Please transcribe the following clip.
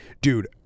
dude